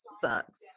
sucks